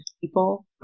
people